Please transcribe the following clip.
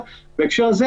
בהקשר הזה,